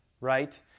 right